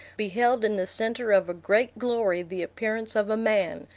beheld in the centre of a great glory the appearance of a man,